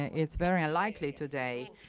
it's very unlikely today.